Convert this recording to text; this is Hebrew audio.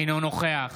אינו נוכח